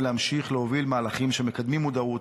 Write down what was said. להמשיך להוביל מהלכים שמקדמים מודעות,